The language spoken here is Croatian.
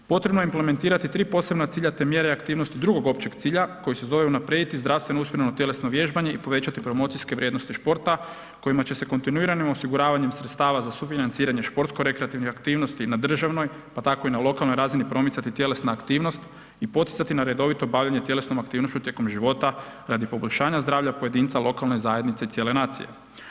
Potrebno je implementirati 3 posebna cilja te mjere aktivnosti drugog općeg cilja koji se zove unaprijediti zdravstveno ... tjelesno vježbanje i povećati promocijske vrijednosti športa kojima će se kontinuiranim osiguravanjem sredstava za sufinanciranje športsko rekreativnih aktivnosti na državnoj, pa tako i na lokalnoj razini promicati tjelesna aktivnost i poticanje na redovito bavljenje tjelesnom aktivnošću tijekom života radi poboljšanja zdravlja pojedinca, lokalne zajednice i cijele nacije.